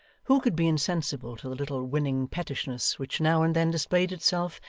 who could be insensible to the little winning pettishness which now and then displayed itself,